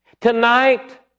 Tonight